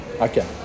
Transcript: Okay